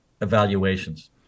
evaluations